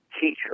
teacher